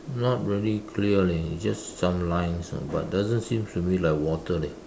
not really clear leh it's just some lines ah but doesn't seem to be like water leh